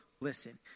listen